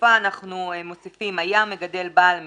ובסופה אנחנו מוסיפים: "היה מגדל בעל מכסה,